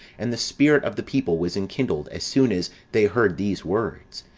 and the spirit of the people was enkindled as soon as they heard these words